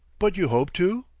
but you hope to?